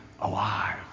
alive